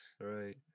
Right